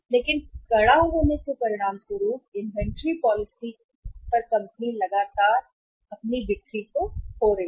लेकिन कड़ा होने के परिणामस्वरूप इन्वेंट्री पॉलिसी कंपनी लगातार आधार पर बिक्री को खो रही है